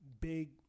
big